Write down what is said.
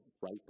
right